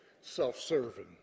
self-serving